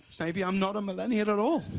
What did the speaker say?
maybe i'm not a millennial at all.